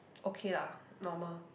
okay lah normal